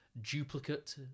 duplicate